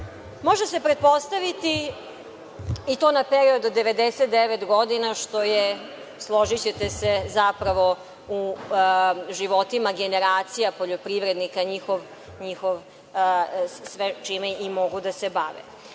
investicija, itd, i to na period od 99 godina, što je, složićete se, zapravo u životima generacija poljoprivrednika njihovo sve čime i mogu da se bave. Može